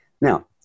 Now